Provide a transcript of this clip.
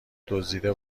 دزدیده